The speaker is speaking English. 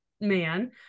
man